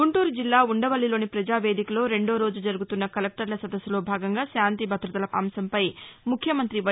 గుంటూరుజిల్లా ఉండవల్లిలోని పజావేదికలో రెండో రోజు జరుగుతున్న కలెక్టర్ల సదస్సులో భాగంగా శాంతిభదతల అంశంపై ముఖ్యమంతి వై